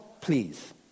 please